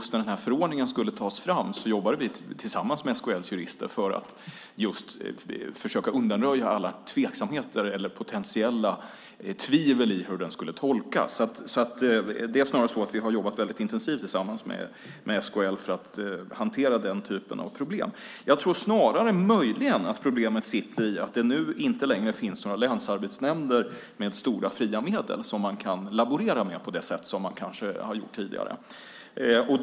När den här förordningen skulle tas fram jobbade vi tillsammans med SKL:s jurister just för att försöka undanröja alla tveksamheter, alla potentiella tvivel, kring tolkningen. Vi har alltså väldigt intensivt jobbat med SKL för att hantera den här typen av problem. Möjligen ligger problemet snarare i att det inte längre finns några länsarbetsnämnder med stora fria medel som man kan laborera med så som man kanske tidigare har gjort.